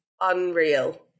unreal